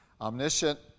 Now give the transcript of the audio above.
omniscient